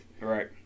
Right